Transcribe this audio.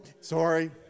sorry